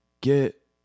get